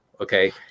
Okay